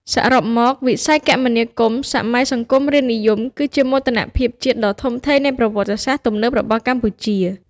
សរុបមក វិស័យគមនាគមន៍សម័យសង្គមរាស្ត្រនិយមគឺជាមោទនភាពជាតិដ៏ធំធេងនៃប្រវត្តិសាស្ត្រទំនើបរបស់កម្ពុជា។